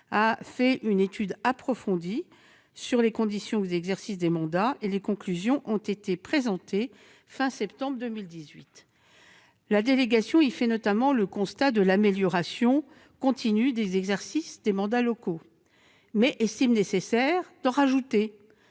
a conduit une étude approfondie sur les conditions d'exercice des mandats. Ses conclusions ont été présentées à la fin de septembre 2018 ; la délégation y fait notamment le constat de l'amélioration continue de l'exercice des mandats locaux, mais elle estime nécessaire d'en rajouter-